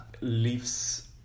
leaves